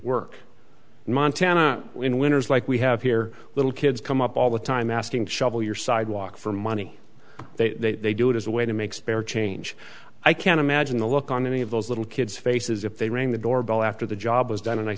in montana when winners like we have here little kids come up all the time asking shovel your sidewalk for money they they do it as a way to make spare change i can't imagine the look on many of those little kids faces if they rang the doorbell after the job was done